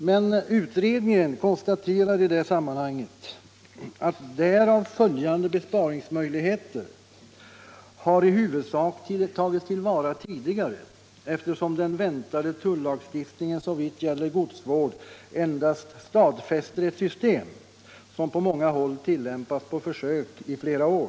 Men utredningen konstaterar i det sammanhanget att därav följande besparingsmöjligheter i huvudsak har tagits till vara tidigare, eftersom den väntade tullagstiftningen såvitt gäller godsvård endast stadfäster ett system som på många håll tillämpats på försök i flera år.